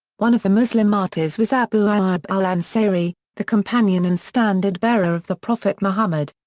one of the muslim martyrs was abu ayyub al-ansari, the companion and standard bearer of the prophet muhammad.